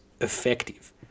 effective